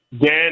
Dan